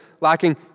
lacking